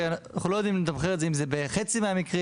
אנחנו לא יודעים לתמחר את זה אם זה חצי המקרים,